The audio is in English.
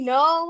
no